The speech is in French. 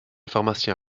pharmacien